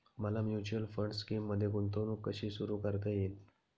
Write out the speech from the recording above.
मला mutual fund स्कीममध्ये गुंतवणूक कशी सुरू करता येईल?